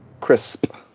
Crisp